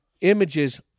images